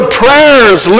prayers